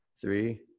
three